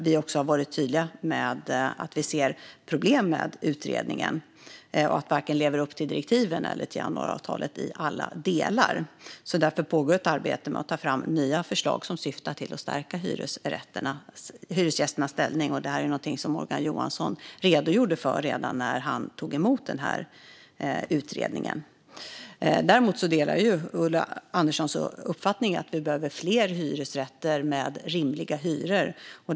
Vi har varit tydliga med att vi ser problem med att utredningen varken lever upp till direktiven eller till januariavtalet i alla delar. Därför pågår ett arbete med att ta fram nya förslag som syftar till att stärka hyresgästernas ställning. Det här är någonting som Morgan Johansson redogjorde för redan när han tog emot utredningen. Däremot delar jag Ulla Anderssons uppfattning att vi behöver fler hyresrätter med rimliga hyror.